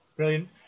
Brilliant